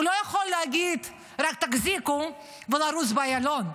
הוא לא יכול להגיד: רק תחזיקו, ולרוץ באיילון.